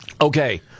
Okay